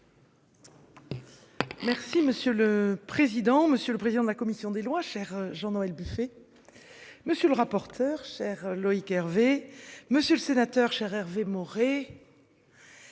Merci monsieur le président, monsieur le président de la commission des lois, cher Jean Noël Buffet. Monsieur le rapporteur. Chers Loïc Hervé, monsieur le sénateur cher Hervé Maurey.